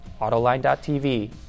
autoline.tv